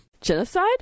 Genocide